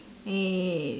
and